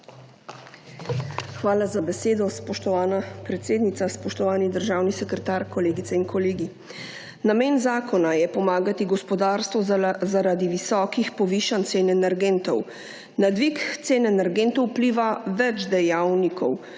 Hvala za besedo, spoštovana predsednica. Spoštovani državni sekretar, kolegice in kolegi. Namen zakona je pomagati gospodarstvu zaradi visokih povišanj cen energentov. Na dvig cen energentov vpliva več dejavnikov,